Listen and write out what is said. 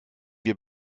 wir